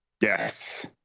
yes